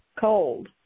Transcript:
cold